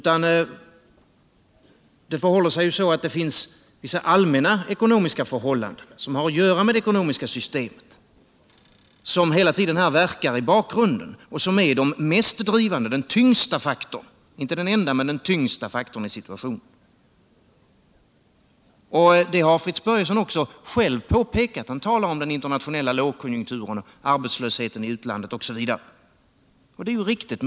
Nej, det förhåller sig så att det finns vissa allmänna ekonomiska förhållanden som har att göra med det ekonomiska systemet och hela tiden verkar i bakgrunden som den mest drivande faktorn — inte den enda men den tyngsta faktorn i situationen. Det har Fritz Börjesson också själv påpekat; han talar om den internationella lågkonjunkturen. arbetslösheten i utlandet osv.. och det är ju riktigt.